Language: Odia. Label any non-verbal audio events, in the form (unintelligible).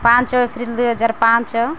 ପାଞ୍ଚ (unintelligible) ଦୁଇହଜାର ପାଞ୍ଚ